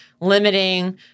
limiting